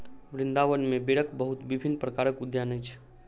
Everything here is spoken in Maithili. वृन्दावन में बेरक बहुत विभिन्न प्रकारक उद्यान अछि